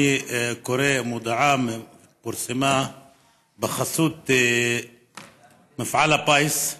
אני קורא מודעה שפורסמה בחסות מפעל הפיס,